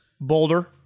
Boulder